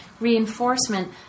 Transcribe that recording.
reinforcement